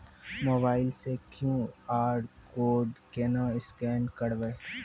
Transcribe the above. Mobile से QR code केना scan करबै?